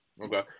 Okay